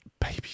baby